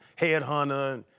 Headhunter